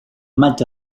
maig